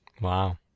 Wow